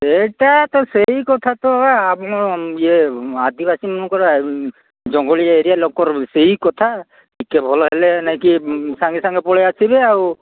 ଏଇଟା ତ ସେଇ କଥା ତ ଆମେ ଇଏ ଆଦିବାସୀ ମୁଁ ପରା ଜଙ୍ଗଲି ଏରିଆ ଲୋକ ସେଇ କଥା ଟିକେ ଭଲ ହେଲେ ନେଇକି ସାଙ୍ଗେ ସାଙ୍ଗେ ପଳେଇ ଆସିବେ ଆଉ